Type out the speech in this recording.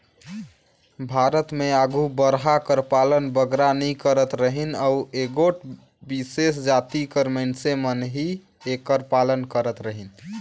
भारत में आघु बरहा कर पालन बगरा नी करत रहिन अउ एगोट बिसेस जाति कर मइनसे मन ही एकर पालन करत रहिन